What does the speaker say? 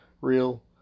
real